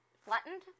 flattened